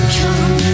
come